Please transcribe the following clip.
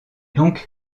donc